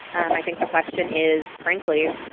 and i think the question is, frankly,